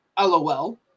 LOL